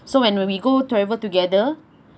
so when when we go travel together